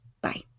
Bye